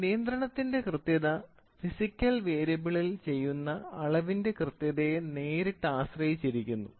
അതിനാൽ നിയന്ത്രണത്തിന്റെ കൃത്യത ഫിസിക്കൽ വേരിയബിളിൽ ചെയ്യുന്ന അളവിന്റെ കൃത്യതയെ നേരിട്ട് ആശ്രയിച്ചിരിക്കുന്നു